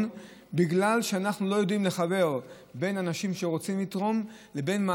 בגלל שאנחנו לא יודעים לחבר בין אנשים שרוצים לתרום לבין,